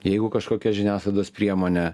jeigu kažkokia žiniasklaidos priemonė